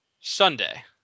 Sunday